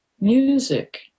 music